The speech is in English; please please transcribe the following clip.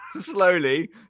slowly